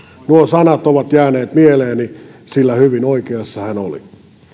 nuo sanat ovat jääneet mieleeni sillä hyvin oikeassa hän oli